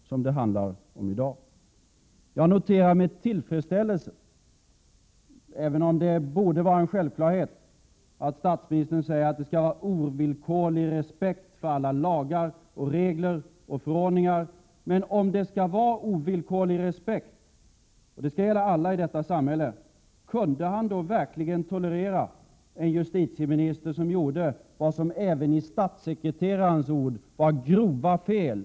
Jag noterar med tillfredsställelse att statsministern — även om detta borde vara en självklarhet — säger att det skall finnas ovillkorlig respekt för alla lagar, regler och förordningar. Men om det skall råda ovillkorlig respekt — och det skall gälla alla i detta samhälle — kunde han då verkligen tolerera en justitieminister som begick vad som även med statssekreterarens ord var grova fel?